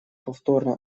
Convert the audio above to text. повторно